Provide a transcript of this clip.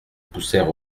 poussèrent